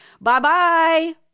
Bye-bye